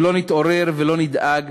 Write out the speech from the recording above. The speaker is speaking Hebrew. אם לא נתעורר ולא נדאג